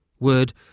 Word